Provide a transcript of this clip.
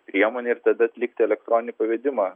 priemonę ir tada atlikti elektroninį pavedimą